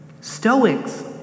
Stoics